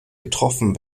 getroffen